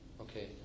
Okay